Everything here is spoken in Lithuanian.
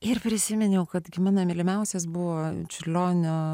ir prisiminiau kad gi mano mylimiausias buvo čiurlionio